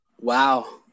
Wow